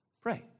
pray